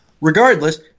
regardless